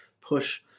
push